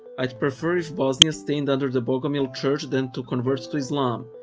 i'd prefer if bosnia stayed under the bogomil church than to convert to islam.